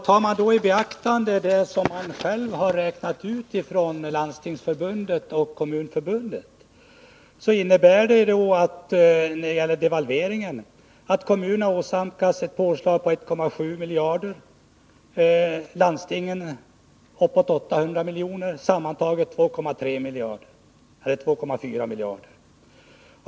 Tar man då i beaktande det som Landstingsförbundet och Kommunförbundet har räknat ut innebär det, när det gäller devalveringen, att kommunerna åsamkas ett påslag på 1,7 miljarder och landstingen uppåt 800 miljoner, sammantaget blir det 2,5 miljarder.